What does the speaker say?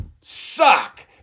suck